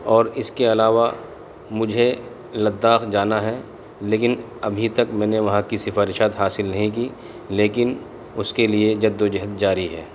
اور اس کے علاوہ مجھے لداخ جانا ہے لیکن ابھی تک میں نے وہاں کی سفارشات حاصل نہیں کی لیکن اس کے لیے جد و جہد جاری ہے